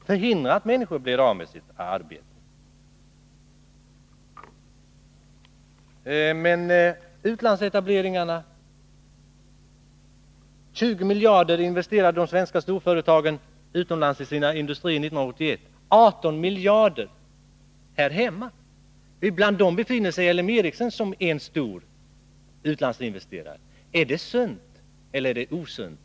Vad gäller utlandsetableringarna vill jag nämna att de svenska företagen år 1981 investerade 20 miljarder i sina industrier utomlands. Här hemma investerades 18 miljarder. Bland dem som investerade utomlands befinner sig L M Ericsson, som är en stor utlandsinvesterare. Är det sunt eller osunt, Nils Åsling?